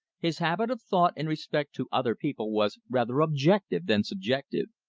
his habit of thought in respect to other people was rather objective than subjective.